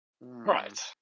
Right